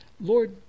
Lord